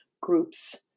groups